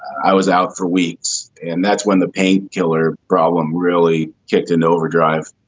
i was out for weeks and that's when the painkiller problem really kicked into overdrive